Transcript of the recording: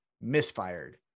misfired